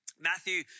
Matthew